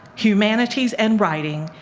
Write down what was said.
humanities and writing,